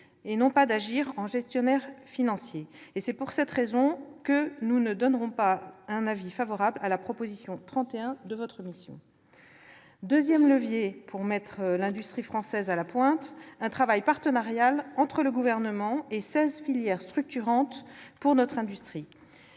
et non pas d'agir en gestionnaire financier. C'est pour cette raison que nous ne donnerons pas un avis favorable à la proposition n° 31 de votre mission d'information. Le deuxième levier pour mettre l'industrie française à la pointe est un travail partenarial conduit entre le Gouvernement et seize filières structurantes pour notre industrie.